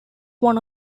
one